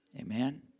Amen